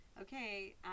okay